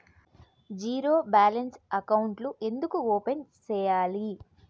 zero balance అకౌంట్లు ఎందుకు open సేయాలి